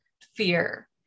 fear